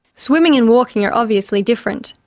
swimming and walking are obviously different,